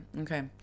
okay